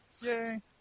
Yay